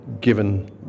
given